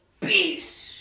peace